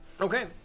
Okay